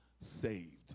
saved